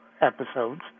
episodes